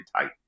tight